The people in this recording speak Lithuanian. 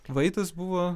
vaitas buvo